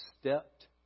stepped